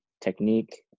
technique